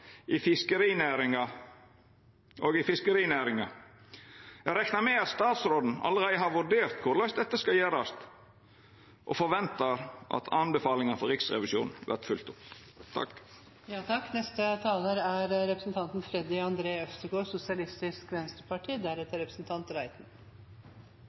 og i fiskerinæringa. Eg reknar med at statsråden allereie har vurdert korleis dette skal gjerast, og forventar at anbefalingane frå Riksrevisjonen vert følgde opp. Vi vet hvor viktig fiskerinæringen er